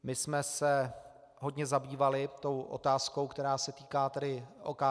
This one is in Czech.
My jsme se hodně zabývali tou otázkou, která se týká tedy OKD.